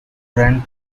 rent